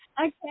Okay